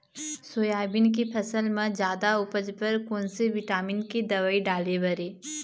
Soybean के फसल म जादा उपज बर कोन से विटामिन के दवई डाले बर ये?